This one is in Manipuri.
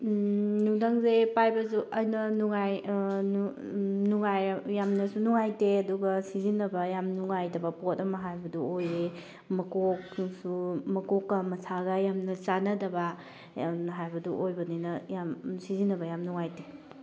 ꯅꯨꯡꯗꯪꯁꯦ ꯄꯥꯏꯕꯁꯨ ꯑꯩꯅ ꯅꯨꯡꯉꯥꯏ ꯅꯨꯡꯉꯥꯏ ꯌꯥꯝꯅꯁꯨ ꯅꯨꯡꯉꯥꯏꯇꯦ ꯑꯗꯨꯒ ꯁꯤꯖꯤꯟꯅꯕ ꯌꯥꯝ ꯅꯨꯡꯉꯥꯏꯇꯕ ꯄꯣꯠ ꯑꯃ ꯍꯥꯏꯕꯗꯨ ꯑꯣꯏꯌꯦ ꯃꯀꯣꯛꯇꯨꯁꯨ ꯃꯀꯣꯛꯀ ꯃꯁꯥꯒ ꯌꯥꯝꯅ ꯆꯥꯅꯗꯕ ꯌꯥꯝꯅ ꯍꯥꯏꯕꯗꯨ ꯑꯣꯏꯕꯅꯤꯅ ꯌꯥꯝ ꯁꯤꯖꯤꯟꯅꯕ ꯌꯥꯝ ꯅꯨꯡꯉꯥꯏꯇꯦ